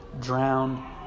drown